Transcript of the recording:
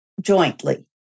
jointly